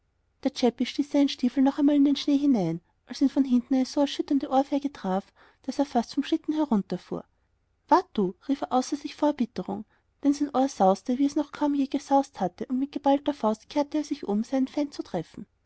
der chäppi stieß eben seinen stiefel noch einmal in den schnee hinein als ihn von hinten eine so erschütternde ohrfeige traf daß er fast vom schlitten herunterfuhr wart du rief er außer sich vor erbitterung denn sein ohr sauste wie es noch kaum je gesaust hatte und mit geballter faust kehrte er sich um seinen feind zu treffen